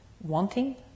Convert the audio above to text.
wanting